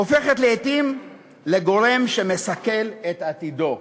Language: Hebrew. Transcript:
הופכת לעתים לגורם שמסכן את עתידו.